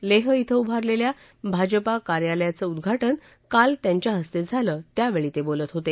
लेह श्व उभारलेल्या भाजपा कार्यालयाचं उद्वाटन काल त्यांच्या हस्ते झालं त्यावेळी ते बोलत होते